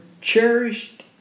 cherished